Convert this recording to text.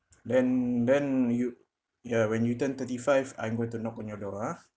then then you ya when you turn thirty-five I'm going to knock on your door ah